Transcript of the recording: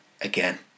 again